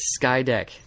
Skydeck